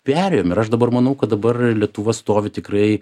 perėjom ir aš dabar manau kad dabar lietuva stovi tikrai